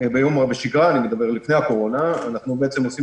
לא מידע